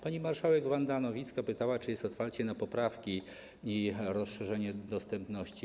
Pani marszałek Wanda Nowicka zapytała, czy jest otwarcie na poprawki i rozszerzenie dostępności.